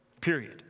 period